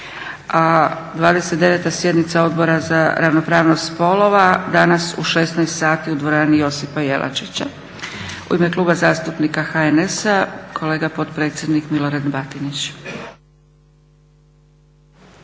a 29. sjednica Odbora za ravnopravnost spolova danas u 16h u dvorani Josipa Jelačića. U ime Kluba zastupnika HNS-a kolega potpredsjednik Milorad Batinić.